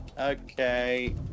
Okay